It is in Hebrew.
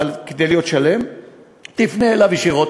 אבל כדי להיות שלם תפנה אליו ישירות,